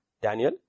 Daniel